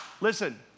listen